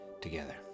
together